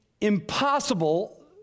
impossible